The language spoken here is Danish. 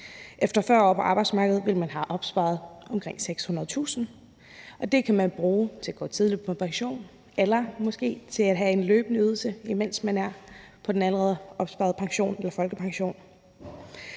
Efter 40 år på arbejdsmarkedet vil man have opsparet omkring 600.000 kr., og dem kan man bruge til at gå tidligt på pension eller måske til at have en løbende ydelse, imens man er på den allerede opsparede pension eller folkepension.